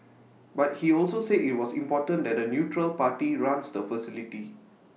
but he also said IT was important that A neutral party runs the facility